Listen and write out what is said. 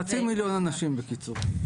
חצי מיליון אנשים, בקיצור.